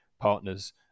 partners